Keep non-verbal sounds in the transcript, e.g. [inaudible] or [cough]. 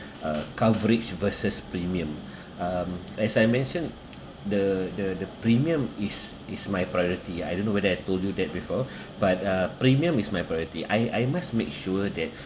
uh coverage versus premium um as I mentioned the the the premium is is my priority I don't know whether I told you that before [breath] but uh premium is my priority I I must make sure that